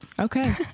okay